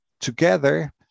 together